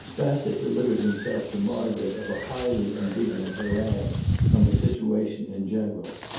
bassett delivered himself to margaret of a highly indignant harangue on the situation in general.